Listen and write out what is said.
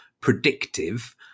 predictive